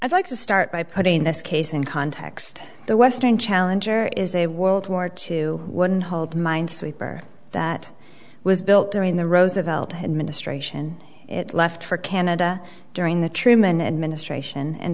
i'd like to start by putting this case in context the western challenger is a world war two wouldn't hold minesweeper that was built during the roosevelt administration it left for canada during the truman administration and